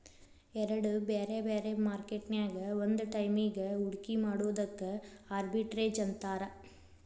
ಎರಡ್ ಬ್ಯಾರೆ ಬ್ಯಾರೆ ಮಾರ್ಕೆಟ್ ನ್ಯಾಗ್ ಒಂದ ಟೈಮಿಗ್ ಹೂಡ್ಕಿ ಮಾಡೊದಕ್ಕ ಆರ್ಬಿಟ್ರೇಜ್ ಅಂತಾರ